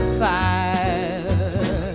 fire